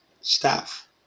staff